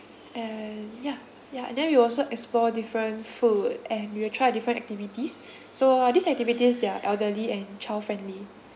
and yeah ya and then we will also explore different food and we will try out different activities so uh these activities they are elderly and child friendly